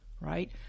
right